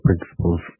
principles